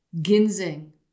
ginseng